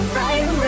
right